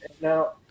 Now